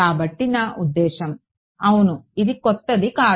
కాబట్టి నా ఉద్దేశ్యం అవును ఇది కొత్తది కాదు